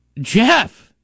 Jeff